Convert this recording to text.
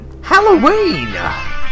Halloween